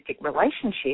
relationship